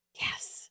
Yes